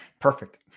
Perfect